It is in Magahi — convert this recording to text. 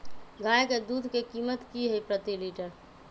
गाय के दूध के कीमत की हई प्रति लिटर?